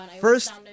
First